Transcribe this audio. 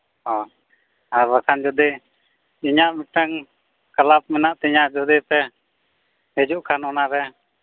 ᱚᱻ ᱟᱨ ᱵᱟᱠᱷᱟᱱ ᱡᱩᱫᱤ ᱤᱧᱟᱹᱜ ᱢᱤᱫᱴᱟᱝ ᱠᱞᱟᱵᱽ ᱢᱮᱱᱟᱜᱛᱤᱧᱟᱹ ᱡᱩᱫᱤᱯᱮ ᱦᱤᱡᱩᱜ ᱠᱷᱟᱱ ᱚᱱᱟᱨᱮ